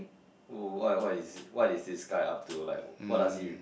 what what is what is this guy up to like what does he